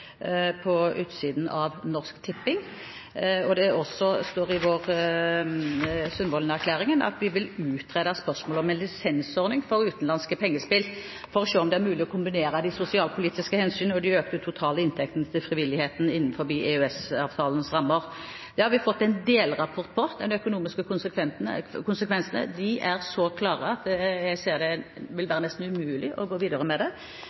på utsiden av Norsk Tipping. Det står også i Sundvolden-erklæringen at vi vil utrede spørsmålet om en lisensordning for utenlandske pengespill for å se om det er mulig å kombinere de sosialpolitiske hensyn og de økte totale inntektene til frivilligheten innenfor EØS-avtalens rammer. Det har vi fått en delrapport på. De økonomiske konsekvensene er så klare at jeg ser at det vil være nesten umulig å gå videre med det.